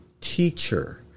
teacher